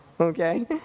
Okay